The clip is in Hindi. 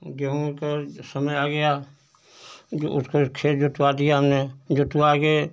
गेहूँ का समय आ गया उसका खेत जुतवा दिया हमने जुतवाकर